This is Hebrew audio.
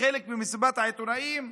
חלק ממסיבת העיתונאים,